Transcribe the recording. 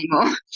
anymore